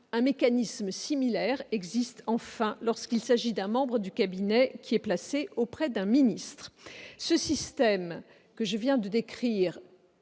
Un mécanisme similaire existe enfin lorsqu'il s'agit d'un membre du cabinet qui est placé auprès d'un ministre. Ce système est tout à fait